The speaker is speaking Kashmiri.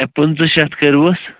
اَے پٕنٛژٕ شَتھ کٔرۍہوٗس